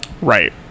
Right